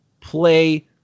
play